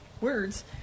Words